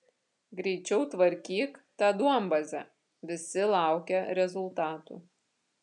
greičiau tvarkyk tą duombazę visi laukia rezultatų